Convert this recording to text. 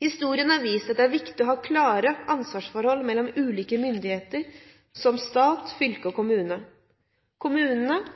Historien har vist at det er viktig å ha klare ansvarsforhold mellom ulike myndigheter som stat, fylke og